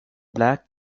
black